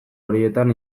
horietan